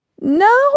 No